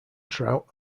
trout